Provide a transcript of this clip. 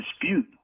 dispute